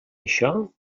això